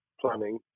planning